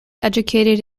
educated